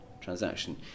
transaction